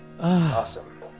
Awesome